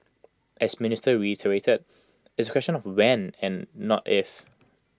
as minister reiterated it's A question of when and not if